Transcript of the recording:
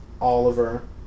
Oliver